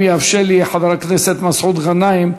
אם ירשה לי חבר הכנסת מסעוד גנאים,